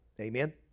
Amen